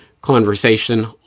conversation